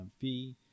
fee